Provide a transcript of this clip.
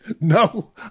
no